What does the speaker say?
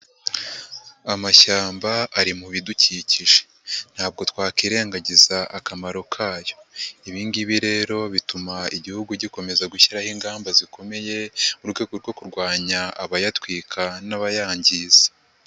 Amashyamba ari mu bidukikije. Ntabwo twakirengagiza akamaro kayo. Ibi ngibi rero bituma igihugu gikomeza gushyiraho ingamba zikomeye mu rwego rwo kurwanya abayatwika n'abayangiza.